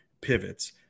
pivots